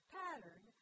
pattern